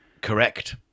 Correct